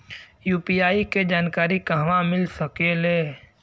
UPI के जानकारी कहवा मिल सकेले?